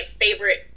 favorite